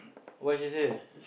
what she say